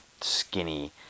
skinny